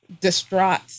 distraught